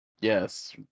Yes